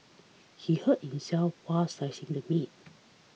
he hurt himself while slicing the meat